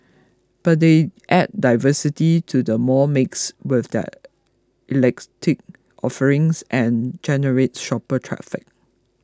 but they add diversity to the mall mix with their offerings and generate shopper traffic